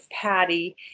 Patty